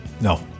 No